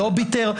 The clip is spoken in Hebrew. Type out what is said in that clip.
היא אוביטר?